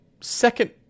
second